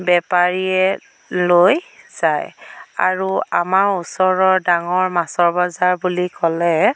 বেপাৰীয়ে লৈ যায় আৰু আমাৰ ওচৰৰ ডাঙৰ মাছৰ বজাৰ বুলি ক'লে